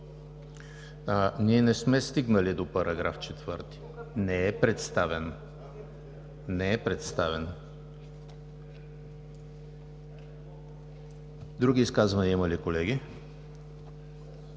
Ние не сме стигнали до § 4, той не е представен. Други изказвания има ли, колеги?